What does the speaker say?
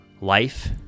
Life